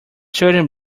shooting